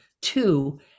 two